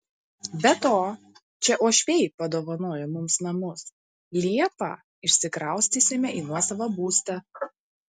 be to čia uošviai padovanojo mums namus liepą išsikraustysime į nuosavą būstą